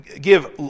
give